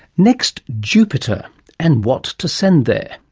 next, jupiter and what to send there.